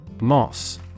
Moss